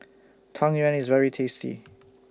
Tang Yuen IS very tasty